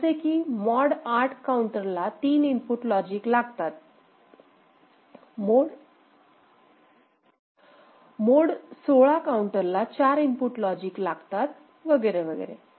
जसे की मोड 8 काउंटरला 3 इनपुट लॉजिक लागतात मोड 16 काउंटरला 4 इनपुट लॉजिक लागतात वैगरे वैगरे